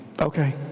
okay